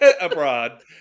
abroad